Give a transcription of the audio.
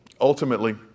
Ultimately